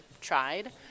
tried